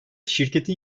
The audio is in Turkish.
şirketin